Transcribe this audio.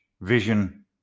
vision